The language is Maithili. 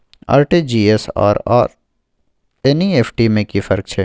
आर.टी.जी एस आर एन.ई.एफ.टी में कि फर्क छै?